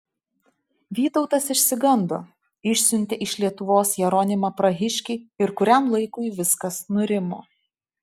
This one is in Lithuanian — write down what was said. vytautas išsigando išsiuntė iš lietuvos jeronimą prahiškį ir kuriam laikui viskas nurimo